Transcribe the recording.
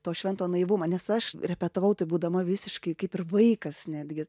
to švento naivumo nes aš repetavau tai būdama visiškai kaip ir vaikas netgi